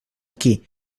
aquí